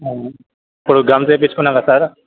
ఇప్పుడు గమ్స్ వేయించుకున్నగా సార్